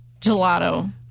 gelato